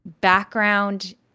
background